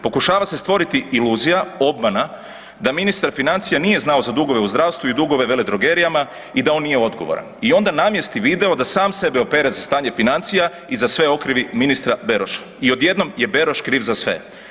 Pokušava se stvoriti iluzija, obmana da ministar financija nije znao za dugove u zdravstvu i dugove veledrogerijama i da on nije odgovoran i onda namjesti video da sam sebe opere za stanje financija i za sve okrivi ministra Beroša i odjednom je Beroš kriv za sve.